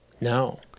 No